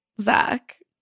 Zach